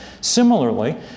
Similarly